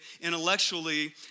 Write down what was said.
intellectually